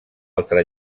altra